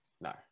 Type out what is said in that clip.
No